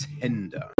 Tender